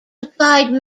applied